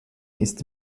ist